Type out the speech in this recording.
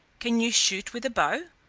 can you shoot with a bow?